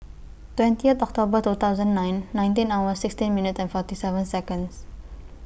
twenty October two thousand nine nineteen hour sixteen minute and forty seven Seconds